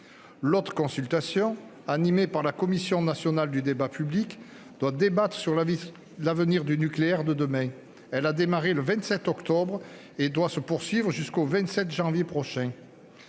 L'autre consultation, animée par la Commission nationale du débat public, doit débattre de l'avenir du nucléaire de demain. Elle a débuté le 27 octobre et doit se poursuivre jusqu'au 27 février prochain.